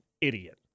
idiot